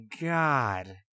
god